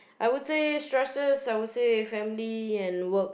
I would say stresses I would say family and work